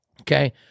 Okay